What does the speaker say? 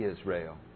Israel